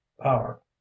power